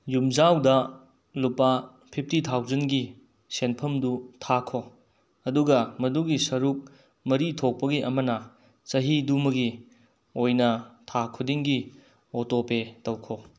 ꯌꯨꯝꯖꯥꯎꯗ ꯂꯨꯄꯥ ꯐꯤꯞꯇꯤ ꯊꯥꯎꯖꯟꯒꯤ ꯁꯦꯟꯐꯝꯗꯨ ꯊꯥꯈꯣ ꯑꯗꯨꯒ ꯃꯗꯨꯒꯤ ꯁꯔꯨꯛ ꯃꯔꯤ ꯊꯣꯛꯄꯒꯤ ꯑꯃꯅ ꯆꯍꯤꯗꯨꯃꯒꯤ ꯑꯣꯏꯅ ꯊꯥ ꯈꯨꯗꯤꯡꯒꯤ ꯑꯣꯇꯣ ꯄꯦ ꯇꯧꯈꯣ